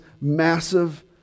massive